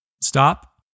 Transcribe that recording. Stop